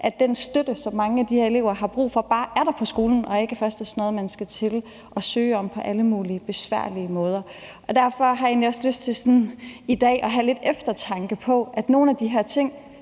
at den støtte, som mange af de her elever har brug for, bare er der på skolen og ikke først er sådan noget, man skal til at søge om på alle mulige besværlige måder. Derfor har jeg egentlig også lyst til i dag at have sådan lidt eftertanke, i forhold til at nogle af de her ting